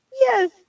Yes